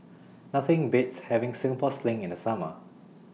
Nothing Beats having Singapore Sling in The Summer